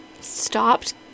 stopped